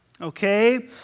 Okay